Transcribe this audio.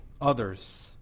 others